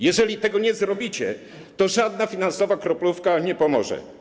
Jeżeli tego nie zrobicie, to żadna finansowa kroplówka nie pomoże.